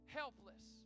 helpless